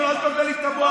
שלא תבלבל לי את המוח.